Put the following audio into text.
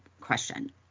question